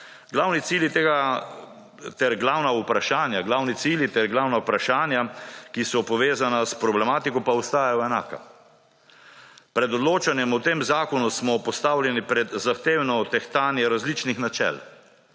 Glavni cilji ter glavna vprašanja, ki so povezana s problematiko, pa ostajajo enaka. Pred odločanjem o tem zakonu smo postavljeni pred zahtevno tehtanje različnih načel.